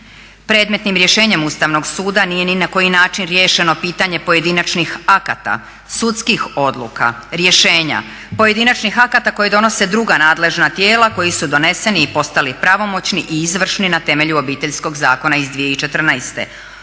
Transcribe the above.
Predmetnim rješenjem Ustavnog suda nije ni na koji način riješeno pitanje pojedinačnih akata, sudskih odluka, rješenja, pojedinačnih akata koje donose druga nadležna tijela koji su doneseni i postali pravomoćni i izvršni na temelju Obiteljskog zakona iz 2014.,